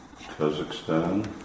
Kazakhstan